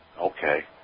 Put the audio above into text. Okay